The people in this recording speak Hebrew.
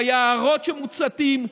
ביערות שמוצתים,